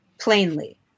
plainly